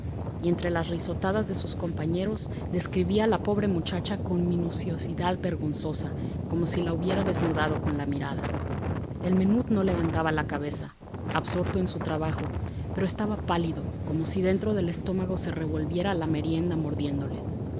entre las risotadas de sus compañeros describía a la pobre muchacha con minuciosidad vergonzosa como si la hubiera desnudado con la mirada el menut no levantaba la cabeza absorto en su trabajo pero estaba pálido como si dentro del estómago se revolviera la merienda mordiéndole